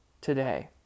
today